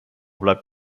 bleibt